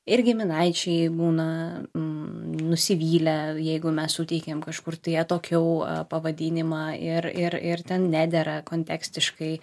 ir giminaičiai būna nusivylę jeigu mes suteikiam kažkur tai atokiau pavadinimą ir ir ir ten nedera kontekstiškai